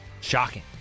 Shocking